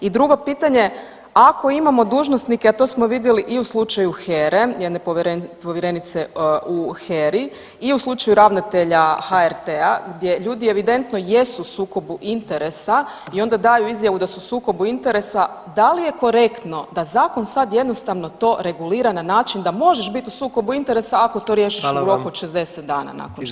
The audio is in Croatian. I drugo pitanje, ako imamo dužnosnike, a to smo vidjeli i u slučaju HERA-e, jedne povjerenice u HERA-i i u slučaju ravnatelja HRT-a gdje ljudi evidentno jesu u sukobu interesa i onda daju izjavu da su u sukobu interesa, da li je korektno da zakon sad jednostavno to regulira na način da možeš biti u sukobu interesa, ako to riješiš [[Upadica: Hvala vam.]] u roku od 60 dana nakon što si